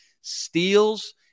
steals